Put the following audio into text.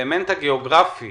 האלמנט הגיאוגרפי